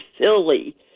silly